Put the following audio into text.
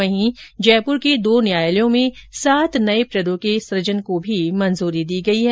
वहीं जयपुर के दो न्यायालयों में सात नए पदों के सूजन को भी मंजूरी दी गई है